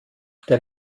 der